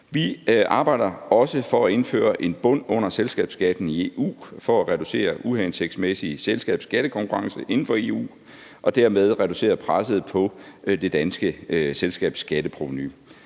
Vi arbejder også for at indføre en bund under selskabsskatten i EU for at reducere uhensigtsmæssig selskabsskattekonkurrence inden for EU og dermed reducere presset på det danske selskabsskatteprovenu.